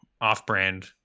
off-brand